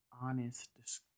honest